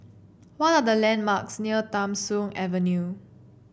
what are the landmarks near Tham Soong Avenue